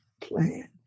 plan